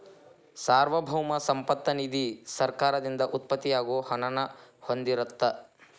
ಸಾರ್ವಭೌಮ ಸಂಪತ್ತ ನಿಧಿ ಸರ್ಕಾರದಿಂದ ಉತ್ಪತ್ತಿ ಆಗೋ ಹಣನ ಹೊಂದಿರತ್ತ